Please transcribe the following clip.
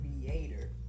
creator